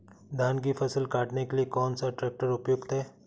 धान की फसल काटने के लिए कौन सा ट्रैक्टर उपयुक्त है?